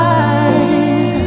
eyes